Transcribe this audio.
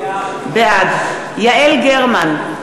בעד יעל גרמן,